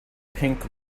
pink